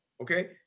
okay